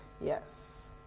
Yes